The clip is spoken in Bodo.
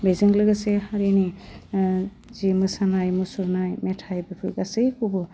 बेजों लोगोसे हारिनि जि मोसानाय मुसुरनाय मेथाइ बेफोर गासैखौबो